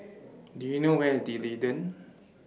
Do YOU know Where IS D'Leedon